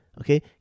Okay